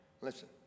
Listen